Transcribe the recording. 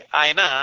aina